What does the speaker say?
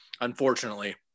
unfortunately